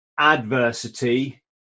adversity